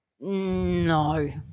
No